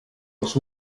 los